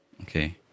Okay